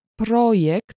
projekt